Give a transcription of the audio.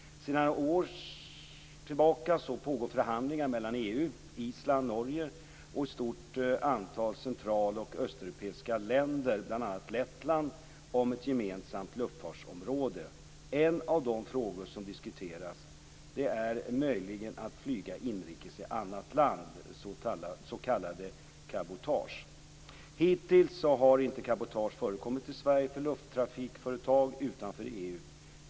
Sedan några år tillbaka pågår förhandlingar mellan EU, Island, Norge och ett stort antal central och östeuropiska länder, bl.a. Lettland, om ett gemensamt luftfartsområde. En av de frågor som diskuteras är möjligheten att flyga inrikes i ett annat land, s.k. cabotage. Hittills har inte cabotage förekommit i Sverige för lufttrafikföretag utanför EU.